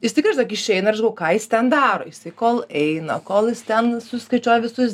jis tikrinai žinok išiena ir aš galvoju ką jis ten daro jisai kol eina kol jis ten suskaičiuoja visus